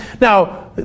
Now